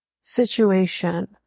situation